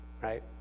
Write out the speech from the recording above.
right